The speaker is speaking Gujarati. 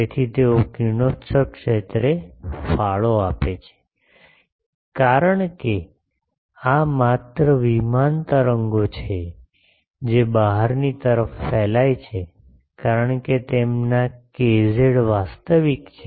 તેથી તેઓ કિરણોત્સર્ગ ક્ષેત્રે ફાળો આપે છે કારણ કે આ માત્ર પ્લેન તરંગો છે જે બહારની તરફ ફેલાય છે કારણ કે તેમના કેઝેડ વાસ્તવિક છે